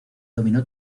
dominó